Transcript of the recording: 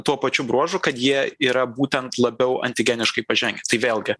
tuo pačiu bruožu kad jie yra būtent labiau antigeniškai pažengę tai vėlgi